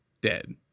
dead